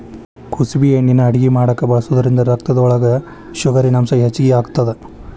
ಕುಸಬಿ ಎಣ್ಣಿನಾ ಅಡಗಿ ಮಾಡಾಕ ಬಳಸೋದ್ರಿಂದ ರಕ್ತದೊಳಗ ಶುಗರಿನಂಶ ಹೆಚ್ಚಿಗಿ ಆಗತ್ತದ